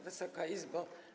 Wysoka Izbo!